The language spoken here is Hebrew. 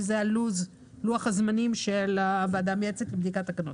זה לוח הזמנים של הוועדה המייעצת לבדיקת תקנות.